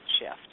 shift